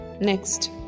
next